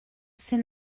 ses